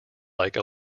like